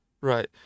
Right